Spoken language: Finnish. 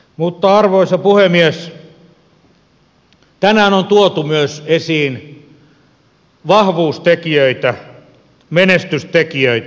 mutta arvoisa puhemies tänään on tuotu myös esiin vahvuustekijöitä menestystekijöitä